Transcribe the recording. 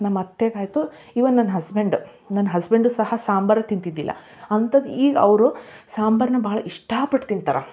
ನಮ್ಮ ಅತ್ತೆಗೆ ಆಯಿತು ಈವನ್ ನನ್ನ ಹಸ್ಬೆಂಡ್ ನನ್ನ ಹಸ್ಬೆಂಡು ಸಹ ಸಾಂಬಾರು ತಿಂತಿದ್ದಿಲ್ಲ ಅಂತಂದು ಈಗ ಅವರು ಸಾಂಬಾರನ್ನ ಭಾಳ ಇಷ್ಟಪಟ್ಟು ತಿಂತಾರೆ